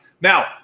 now